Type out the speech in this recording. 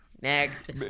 Next